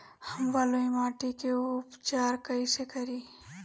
हम बलुइ माटी के उपचार कईसे करि?